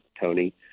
Tony